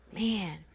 Man